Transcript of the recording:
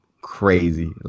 crazy